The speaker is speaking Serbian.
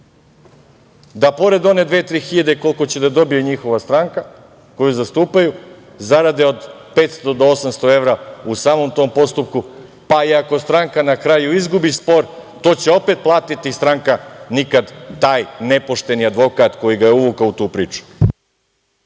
da pored one dve, tri hiljade, koliko će da dobije njihova stranka koju zastupaju, zarade od 500 do 800 evra u samom tom postupku, pa i ako stranka na kraju izgubi spor to će opet platiti stranka, a nikad taj nepošteni advokat koji ga je uvukao u tu priču.